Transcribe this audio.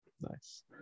Nice